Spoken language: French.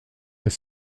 est